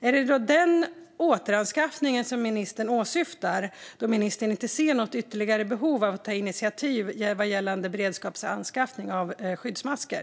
Är det den återanskaffningen som ministern åsyftar när han säger att han inte ser behov av att ta initiativ vad gäller beredskapsanskaffning av skyddsmasker?